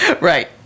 Right